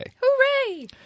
Hooray